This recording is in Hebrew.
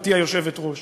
גברתי היושבת-ראש,